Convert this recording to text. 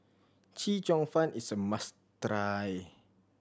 Chee Cheong Fun is a must try